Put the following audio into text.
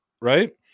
right